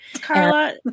Carla